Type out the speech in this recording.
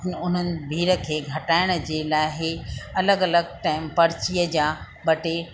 उन्हनि भीड़ खे घटाइण जे लाइ ई अलॻि अलॻि टाइम परचीअ जा ॿ टे